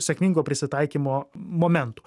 sėkmingo prisitaikymo momentų